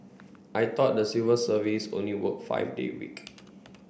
I thought the civil service only work five day week